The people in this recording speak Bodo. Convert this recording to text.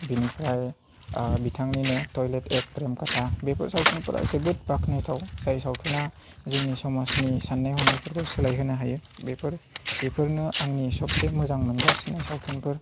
बेनिफ्राय बिथांनिनो टयलेट एक प्रेम कथा बेफोर सावथुनफोरा जोबोद बाख्नायथाव जाय सावथुना जोंनि समाजनि साननाय हनायफोरखौ सोलायहोनो हायो बेफोरनो आंनि सबसे मोजां मोनजासिननाय सावथुनफोर